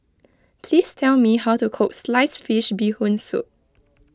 please tell me how to cook Sliced Fish Bee Hoon Soup